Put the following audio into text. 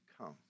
come